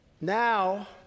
Now